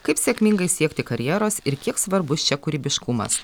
kaip sėkmingai siekti karjeros ir kiek svarbus čia kūrybiškumas